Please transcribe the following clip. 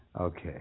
Okay